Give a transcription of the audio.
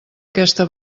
aquesta